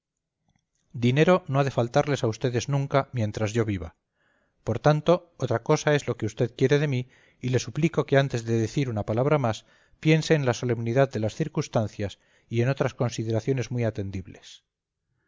dinero no ha de faltarles a vds nunca mientras yo viva por tanto otra cosa es lo que usted quiere de mí y le suplico que antes de decir una palabra más piense en la solemnidad de las circunstancias y en otras consideraciones muy atendibles no